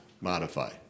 modify